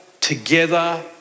together